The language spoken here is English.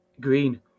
Green